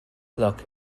look